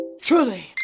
truly